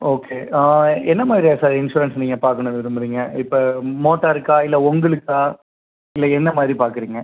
okay என்ன மாதிரியா sir insurance நீங்கள் பார்க்கணும்னு விரும்புறீங்கள் இப்போ மோட்டாருக்கா இல்லை உங்களுக்கா இல்லை என்ன மாதிரி பார்க்குறீங்க